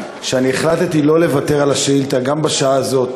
שהחלטתי שלא לוותר על השאילתה גם בשעה הזאת,